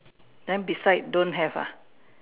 then beside don't have ah